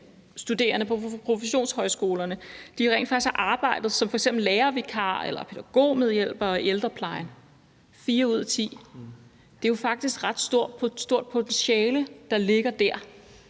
studerende på professionshøjskolerne rent faktisk har arbejdet som f.eks. lærervikarer eller pædagogmedhjælpere i ældreplejen – fire ud af ti! Det er jo faktisk et ret stort potentiale, der ligger der.